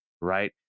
right